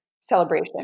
celebration